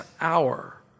hour